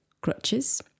crutches